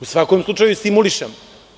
U svakom slučaju stimulišemo.